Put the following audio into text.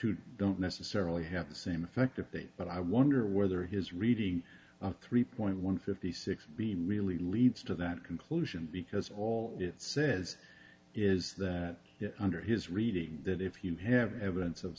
the don't necessarily have the same effective date but i wonder whether his reading three point one fifty six being really leads to that conclusion because all it says is that under his reading that if you have evidence of